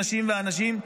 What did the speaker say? נשים ואנשים,